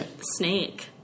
snake